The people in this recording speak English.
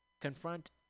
confront